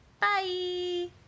Bye